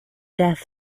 death